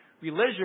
Religion